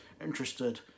interested